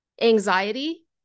anxiety